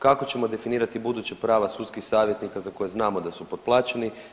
Kako ćemo definirati buduća prava sudskih savjetnika za koje znamo da su potplaćeni?